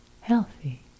Healthy